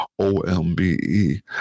OMBE